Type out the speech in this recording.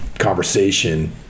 conversation